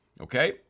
Okay